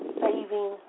saving